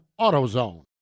AutoZone